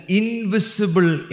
invisible